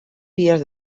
vies